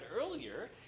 earlier